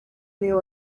new